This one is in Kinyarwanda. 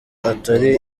atari